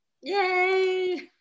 yay